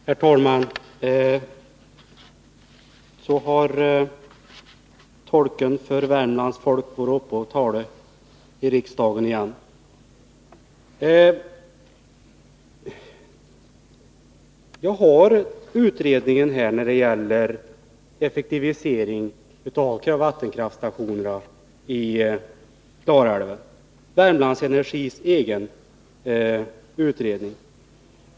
Herr talman! Så har tolken för Värmlands folk varit uppe och talat i riksdagen igen! Jag har här utredningen när det gäller effektiviseringen av vattenkraftsstationerna i Klarälven — Värmlandsenergis egen utredning.